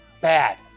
bad